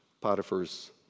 Potiphar's